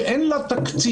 שאין לה תקציב,